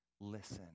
listen